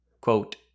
Quote